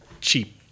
cheap